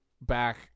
back